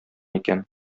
икән